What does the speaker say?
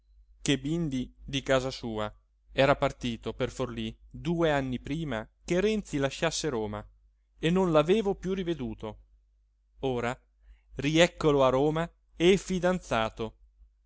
che bindi di casa sua era partito per forlí due anni prima che renzi lasciasse roma e non l'avevo piú riveduto ora rièccolo a roma e fidanzato